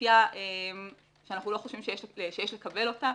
נטייה שאנחנו לא חושבים שיש לקבל אותה,